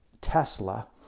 Tesla